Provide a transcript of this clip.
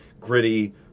gritty